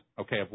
okay